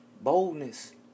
boldness